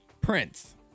Prince